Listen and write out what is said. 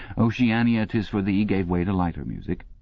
oceania, tis for thee gave way to lighter music.